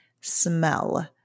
smell